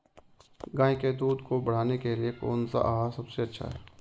गाय के दूध को बढ़ाने के लिए कौनसा आहार सबसे अच्छा है?